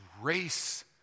race